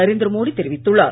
நரேந்திர மோடி தெரிவித்துள்ளார்